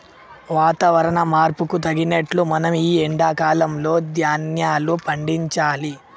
వాతవరణ మార్పుకు తగినట్లు మనం ఈ ఎండా కాలం లో ధ్యాన్యాలు పండించాలి